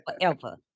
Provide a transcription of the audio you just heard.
forever